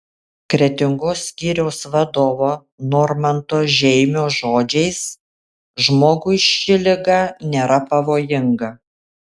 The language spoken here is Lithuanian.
kretingos skyriaus vadovo normanto žeimio žodžiais žmogui ši liga nėra pavojinga